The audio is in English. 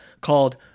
called